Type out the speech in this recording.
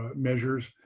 ah measures.